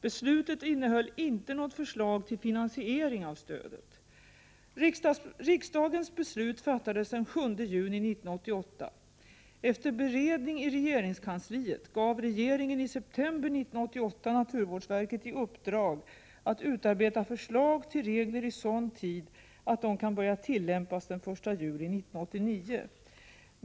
Beslutet innehöll inte något förslag till finansiering av stödet. Riksdagens beslut fattades den 7 juni 1988. Efter beredning i regeringskansliet gav regeringen i september 1988 naturvårdsverket i uppdrag att utarbeta förslag till regler i sådan tid att de kan börja tillämpas den 1 juli 1989.